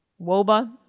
WOBA